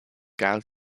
gal